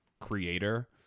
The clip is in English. creator